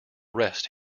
rest